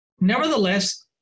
nevertheless